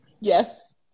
yes